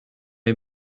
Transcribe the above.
hay